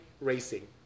racing